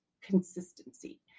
consistency